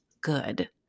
good